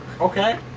Okay